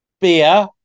beer